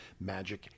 Magic